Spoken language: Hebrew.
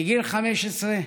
בגיל 15,